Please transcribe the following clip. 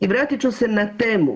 I vratit ću se na temu.